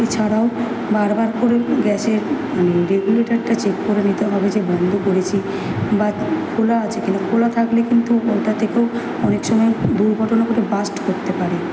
এছাড়াও বারবার করে গ্যাসের মানে রেগুলেটারটা চেক করে নিতে হবে যে বন্ধ করেছি বা খোলা আছে কি না খোলা থাকলে কিন্তু ঐটা থেকেও অনেক সময় দুর্ঘটনা ঘটে বাস্ট করতে পারে